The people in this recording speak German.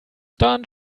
dann